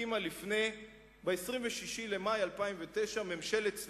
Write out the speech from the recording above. הקימה ב-26 במאי 2009 ממשלת צללים,